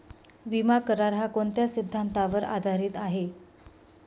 विमा करार, हा कोणत्या सिद्धांतावर आधारीत आहे?